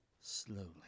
slowly